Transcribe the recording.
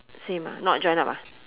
same ah not join up ah